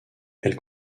elles